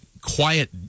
quiet